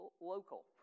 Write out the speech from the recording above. local